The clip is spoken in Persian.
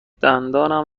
دندانم